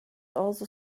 also